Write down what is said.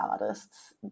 artists